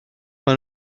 mae